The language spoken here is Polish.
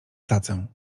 tacę